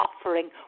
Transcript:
offering